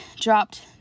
dropped